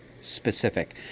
specific